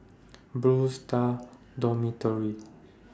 Blue Stars Dormitory